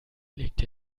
legte